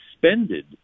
suspended